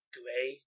gray